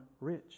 rich